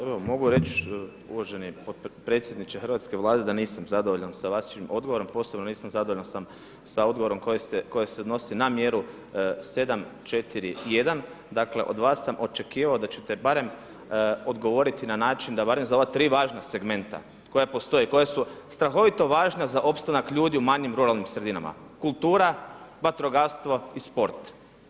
Evo mogu reći uvaženi predsjedniče Hrvatske Vlade da nisam zadovoljan sa vašim odgovorom, posebno nisam zadovoljan sa odgovorom koje se odnosi na mjeru 7.4.1. dakle od vas sam očekivao da ćete barem odgovoriti na način da barem za ova tri važna segmenta koja postoje i koja su strahovito važna za opstanak ljudi u manjim ruralnim sredinama, kultura, vatrogastvo i sport.